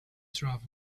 travel